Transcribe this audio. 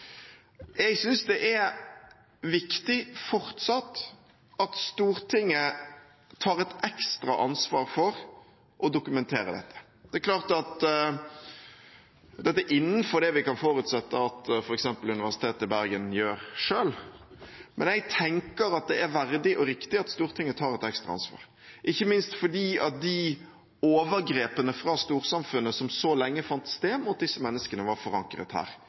Jeg synes det er viktig fortsatt at Stortinget tar et ekstra ansvar for å dokumentere dette. Det er klart at dette er innenfor det vi kan forutsette at f.eks. Universitetet i Bergen gjør selv, men jeg tenker at det er verdig og riktig at Stortinget tar et ekstra ansvar, ikke minst fordi de overgrepene fra storsamfunnet som så lenge fant sted mot disse menneskene, var forankret her